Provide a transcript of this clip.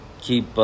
keep